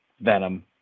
venom